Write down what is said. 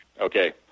Okay